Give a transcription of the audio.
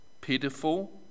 pitiful